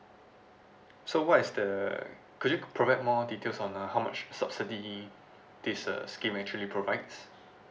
so what is the could you provide more details on uh how much subsidy this uh scheme actually provides